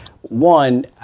one